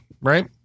right